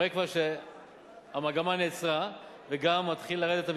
מראה כבר שהמגמה נעצרה, וגם המספר מתחיל לרדת.